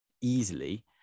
easily